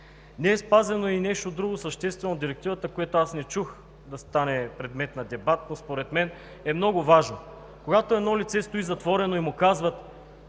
Не е спазено и нещо друго съществено от Директивата, което аз не чух да стане предмет на дебат, но според мен е много важно. Когато едно лице стои затворено, изявява